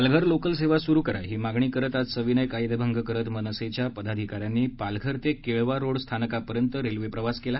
Palghar local सेवा सुरू करा ही मागणी करत आज सविनय कायदेभंग करत मनसेच्या पदाधिकाऱ्यांनी पालघर ते केळवा रोड स्टेशन पर्यंत रेल्वे प्रवास केला